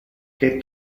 que